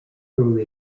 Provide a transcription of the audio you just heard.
through